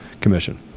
commission